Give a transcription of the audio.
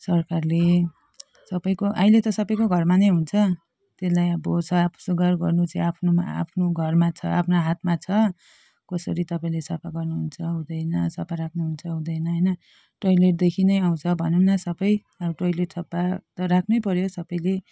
सरकारले सबैको अहिले त सबैको घरमा नै हुन्छ त्यसलाई अब साफ सुग्घर गर्नु चाहिँ आफ्नोमा आफ्नो घरमा छ आफ्नो हातमा छ कसरी तपाईँले सफा गर्नु हुन्छ हुँदैन सफा राख्नु सक्नु हुन्छ हुँदैन होइन टोयलेटदेखि नै आउँछ भनौँ न सबै अब टोयलेट सफा त राख्नै पर्यो सबैले